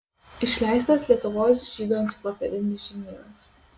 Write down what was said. išleistas lietuvos žydų enciklopedinis žinynas